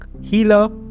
healer